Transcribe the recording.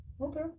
okay